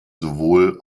sowohl